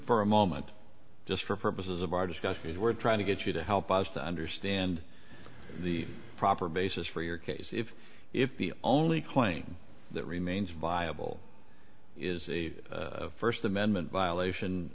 for a moment just for purposes of our discussion we're trying to get you to help us to understand the proper basis for your case if if the only claim that remains viable is a first amendment violation